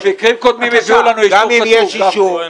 במקרים קודמים הביאו לנו אישור כתוב, גפני.